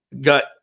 got